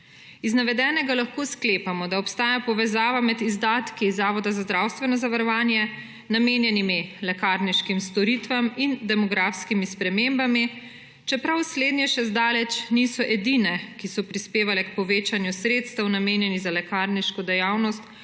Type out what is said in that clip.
Iz navedenega lahko sklepamo, da obstaja povezava med izdatki Zavoda za zdravstveno zavarovanje, namenjenimi lekarniškim storitvam in demografskimi spremembami, čeprav slednje še zdaleč niso edine, ki so prispevale k povečanju sredstev namenjene za lekarniško dejavnost